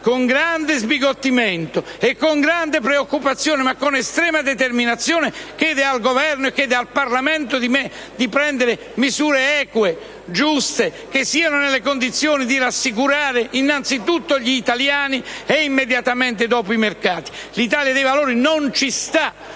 con grande sbigottimento e con grande preoccupazione ma con estrema determinazione, chiede al Governo e al Parlamento di adottare misure eque e giuste, che siano in grado di rassicurare, innanzitutto gli italiani e immediatamente dopo i mercati. L'Italia dei Valori non accetta